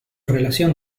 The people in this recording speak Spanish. relación